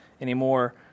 anymore